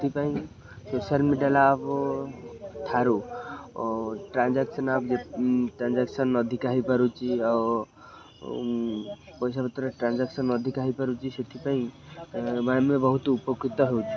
ସେଥିପାଇଁ social media app ଠାରୁ transaction app transaction ଅଧିକା ହେଇପାରୁଛି ଆଉ ପଇସାପତ୍ରରେ ଟ୍ରାଞ୍ଜାକ୍ସନ୍ ଅଧିକା ହେଇପାରୁଛି ସେଥିପାଇଁ ଆମେ ବହୁତ ଉପକୃତ ହେଉଛୁ